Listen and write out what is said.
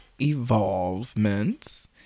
Evolvements